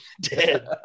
dead